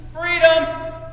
freedom